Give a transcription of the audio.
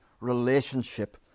relationship